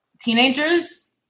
teenagers